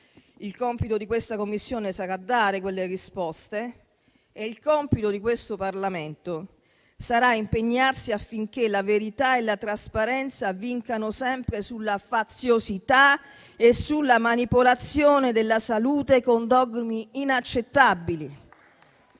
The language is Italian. Il compito di questa Commissione sarà dare quelle risposte e il compito di questo Parlamento sarà impegnarsi affinché la verità e la trasparenza vincano sempre sulla faziosità e sulla manipolazione della salute con dogmi inaccettabili.